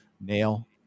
Nail